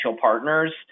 partners